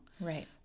Right